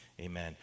Amen